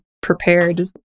prepared